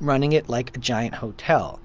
running it like a giant hotel